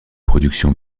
production